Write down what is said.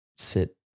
sit